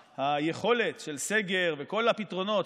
היכולת של סגר וכל הפתרונות,